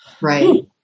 Right